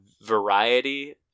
variety